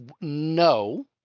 No